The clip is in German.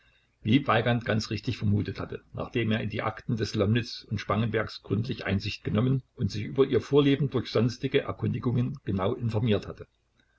wie weigand ganz richtig vermutet hatte nachdem er in die akten des lomnitz und spangenbergs gründlich einsicht genommen und sich über ihr vorleben durch sonstige erkundigungen genau informiert hatte